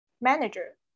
manager